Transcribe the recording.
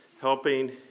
helping